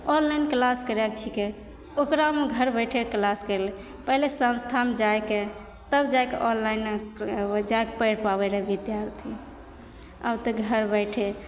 online class करैके छिकै ओकरामे ओ घरबैठे कलास करि लै पहिले सबठाम जाएके तब जाएके ऑनलाइन ओ जाकए पढ़ि पाबै रहै बिद्यार्थी आब तऽ घर बैठे